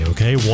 Okay